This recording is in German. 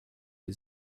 die